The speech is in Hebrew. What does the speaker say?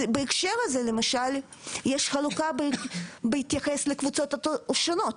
בהקשר הזה למשל יש חלוקה בהתייחס לקבוצות השונות.